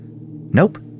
Nope